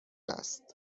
است